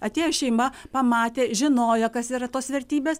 atėjo šeima pamatė žinojo kas yra tos vertybės